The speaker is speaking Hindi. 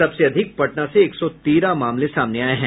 सबसे अधिक पटना से एक सौ तेरह मामले सामने आये हैं